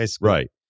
Right